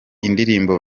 indirimbo